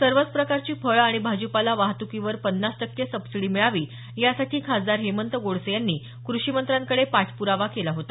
सर्वच प्रकारची फळं आणि भाजीपाला वाहत्कीवर पन्नास टक्के अनुदान मिळावं यासाठी खासदार हेमंत गोडसे यांनी कृषिमंत्र्यांकडे पाठप्रावा केला होता